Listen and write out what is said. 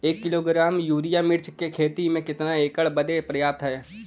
एक kilogram urea मिर्च क खेती में कितना एकड़ बदे पर्याप्त ह?